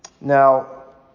Now